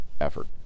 effort